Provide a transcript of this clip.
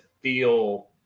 feel